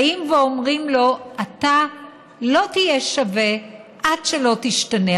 באים ואומרים לו: אתה לא תהיה שווה עד שלא תשתנה.